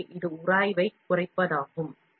எனவே இது உராய்வைக் குறைப்பதாகும்